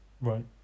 Right